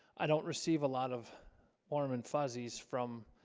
i? don't receive a lot of warm and fuzzies from